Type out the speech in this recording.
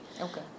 Okay